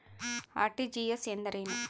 RTGS ಎಂದರೇನು?